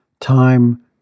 time